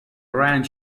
ranch